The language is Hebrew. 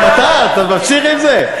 גם אתה, אתה עוד ממשיך עם זה?